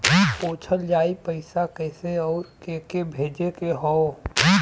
पूछल जाई पइसा कैसे अउर के के भेजे के हौ